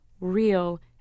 real